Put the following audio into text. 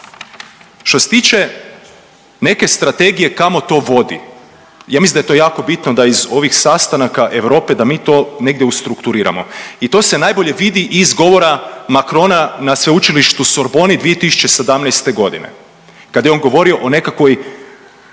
Što se tiče neke strategije kamo to vodi, ja mislim da je to jako bitno da iz ovih sastanaka Europe da mi to negdje ustrukturiramo. I to se najbolje vidi iz govora Macrona na Sveučilištu Sorboni 2017. godine kada je on govorio o nekakvoj